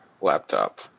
laptop